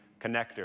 connector